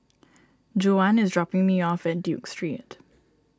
Juwan is dropping me off at Duke Street